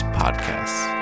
podcasts